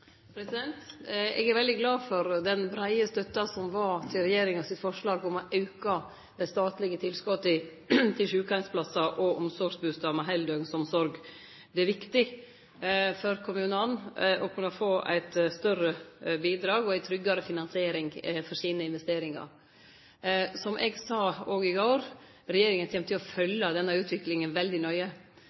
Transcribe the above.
Eg er veldig glad for den breie støtta til regjeringa sitt forslag om å auke dei statlege tilskota til sjukeheimsplassar og omsorgsbustader med heildøgnsomsorg. Det er viktig for kommunane å kunne få eit større bidrag og ei tryggare finansiering for sine investeringar. Som eg òg sa i går: Regjeringa kjem til å følgje denne utviklinga veldig nøye.